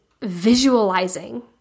visualizing